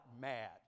mad